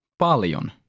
Paljon